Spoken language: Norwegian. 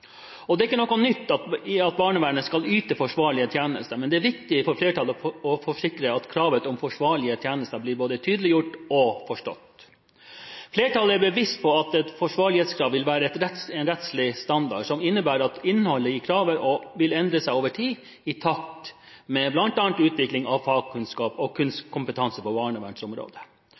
forsvarlig. Det er ikke noe nytt i at barnevernet skal yte forsvarlige tjenester, men det er viktig for flertallet å forsikre at kravet om forsvarlige tjenester blir både tydeliggjort og forstått. Flertallet er bevisst på at en forsvarlighetsgrad vil være en rettslig standard som innebærer at innholdet i kravet vil endre seg over tid, i takt med bl.a. utvikling av fagkunnskap og kompetanse på barnevernsområdet.